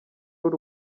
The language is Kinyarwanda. w’u